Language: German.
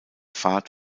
fahrt